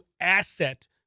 asset